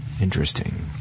Interesting